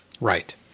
Right